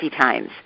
times